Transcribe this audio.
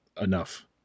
enough